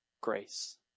grace